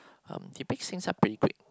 um he picks things up pretty quick